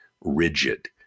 rigid